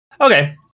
Okay